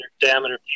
diameter